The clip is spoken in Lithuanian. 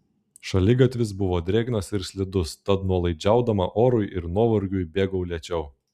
šaligatvis buvo drėgnas ir slidus tad nuolaidžiaudama orui ir nuovargiui bėgau lėčiau